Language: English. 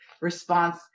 response